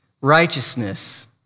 Righteousness